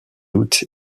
août